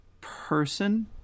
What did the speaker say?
person